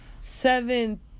Seven